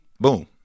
boom